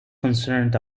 concerned